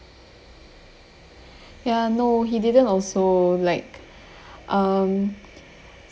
ya no he didn't also like um